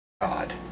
god